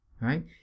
Right